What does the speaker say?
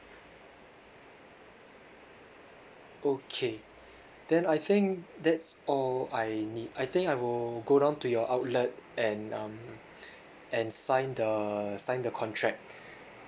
okay then I think that's all I need I think I will go down to your outlet and um and sign the sign the contract